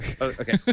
Okay